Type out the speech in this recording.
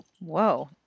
Whoa